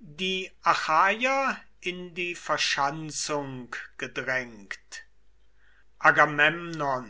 die achaier in die verschanzung gedrängt